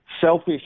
selfish